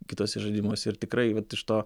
kituose žaidimuose ir tikrai vat iš to